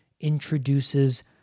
introduces